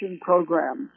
programs